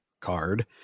card